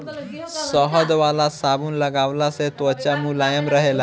शहद वाला साबुन लगवला से त्वचा मुलायम रहेला